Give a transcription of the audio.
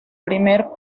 primer